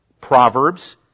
Proverbs